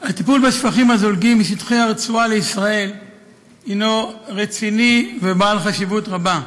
הטיפול בשפכים הזולגים משטחי הרצועה לישראל הוא רציני ובעל חשיבות רבה.